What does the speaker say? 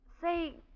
Say